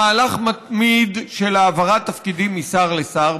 מהלך מתמיד של העברת תפקידים משר לשר,